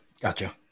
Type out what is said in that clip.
Gotcha